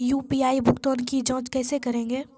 UPI भुगतान की जाँच कैसे करेंगे?